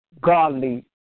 godly